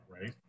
right